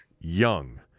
Young